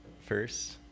first